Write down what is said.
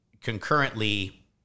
concurrently